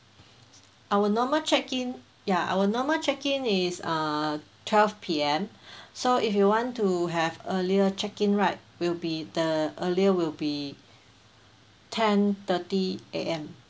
our normal check-in ya our normal check-in is uh twelve P_M so if you want to have earlier check-in right will be the earlier will be ten thirty A_M